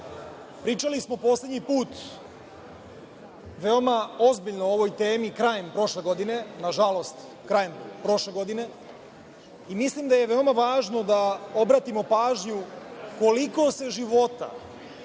Pričali smo poslednji put veoma ozbiljno o ovoj temi krajem prošle godine, nažalost, krajem prošle godine i mislim da je veoma važno da obratimo pažnju koliko se života